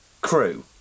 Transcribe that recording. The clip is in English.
Crew